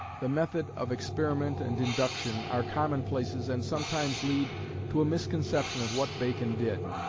the method of experiment and induction, are commonplaces, and sometimes lead to a misconception of what bacon did.